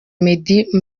meddy